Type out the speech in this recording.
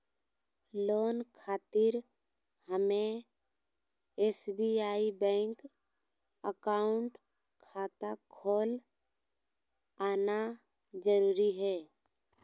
Loan खातिर हमें SBI bank account खाता खोल आना जरूरी है?